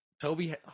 Toby